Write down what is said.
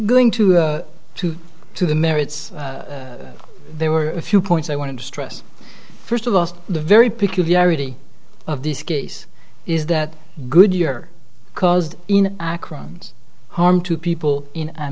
going to two to the merits there were a few points i want to stress first of all the very peculiarity of this case is that goodyear caused in akron's harm to people in